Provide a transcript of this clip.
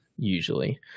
usually